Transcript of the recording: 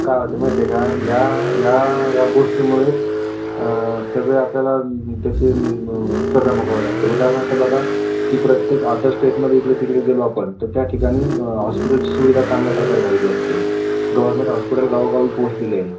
काय होते माहित आहे का या या या गोष्टीमुळे सगळे आपल्याला त्याची सजा भोगावी लागते उदारणार्थ बघा की प्रत्येक अदर स्टेटमध्ये इकडे तिकडे गेलो आपण तर त्या ठिकाणी हॉस्पिटलची सुविधा चांगल्या प्रकारे झालेली असते गव्हर्नमेंट हॉस्पिटल गावोगावी पोहचलेले आहे